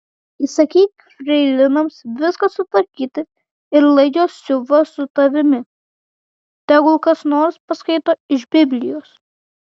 įsakyk freilinoms viską sutvarkyti ir lai jos siuva su tavimi tegul kas nors paskaito iš biblijos